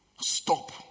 stop